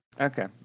okay